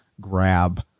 grab